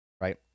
right